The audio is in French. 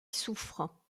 souffrent